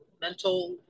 mental